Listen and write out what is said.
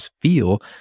feel